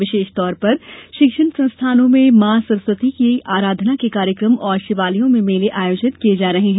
विशेष तौर पर शिक्षण संस्थानों में मॉ सरस्वती की आराधना के कार्यक्रम और शिवालयों में मेले आयोजित किये जा रहे हैं